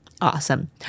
Awesome